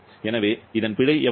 எனவே பிழை எவ்வளவு